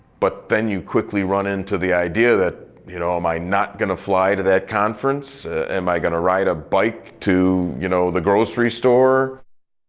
but then you quickly run into the idea that you know am i not going to fly to that conference? am i going to ride a bike to, you know, the grocery store?